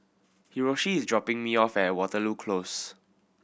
Hiroshi is dropping me off at Waterloo Close